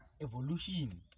evolution